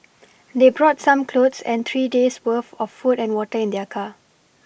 they brought some clothes and three days' worth of food and water in their car